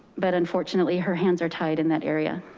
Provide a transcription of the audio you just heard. but unfortunately her hands are tied in that area.